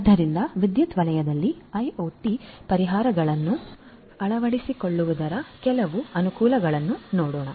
ಆದ್ದರಿಂದ ವಿದ್ಯುತ್ ವಲಯದಲ್ಲಿ ಐಒಟಿ ಪರಿಹಾರಗಳನ್ನು ಅಳವಡಿಸಿಕೊಳ್ಳುವುದರ ಕೆಲವು ಅನುಕೂಲಗಳನ್ನು ನೋಡೋಣ